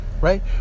right